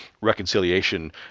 reconciliation